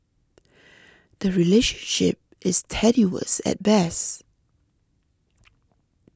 the relationship is tenuous at best